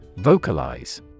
Vocalize